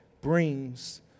brings